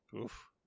Oof